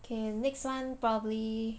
okay next [one] probably